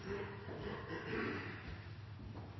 Siden det er